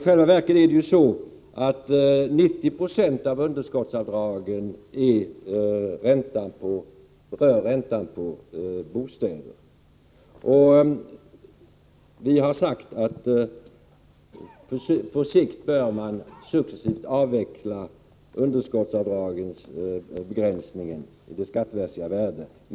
I själva verket är 90 20 av underskottsavdragen ränta på bostäder. Vi har sagt att man på sikt successivt bör avveckla begränsningen av underskottsavdragens skattemässiga värde.